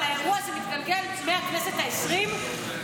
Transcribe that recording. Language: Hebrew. אבל האירוע הזה מתגלגל מהכנסת העשרים,